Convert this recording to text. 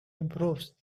improves